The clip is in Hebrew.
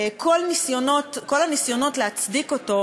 כל הניסיונות להצדיק אותו